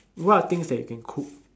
what things that you can cook